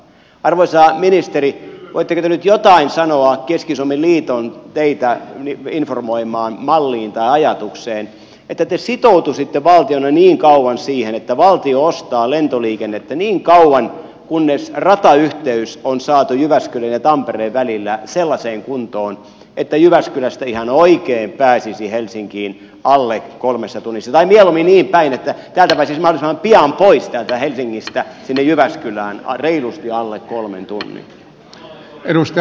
arvoisa ministeri voitteko te nyt jotain sanoa keski suomen liiton teitä informoimaan malliin tai ajatukseen että te sitoutuisitte valtiona siihen että valtio ostaa lentoliikennettä niin kauan kunnes ratayhteys on saatu jyväskylän ja tampereen välillä sellaiseen kuntoon että jyväskylästä ihan oikein pääsisi helsinkiin alle kolmessa tunnissa tai mieluummin niinpäin että täältä pääsisi mahdollisimman pian pois täältä helsingistä sinne jyväskylään reilusti alle kolmen tunnin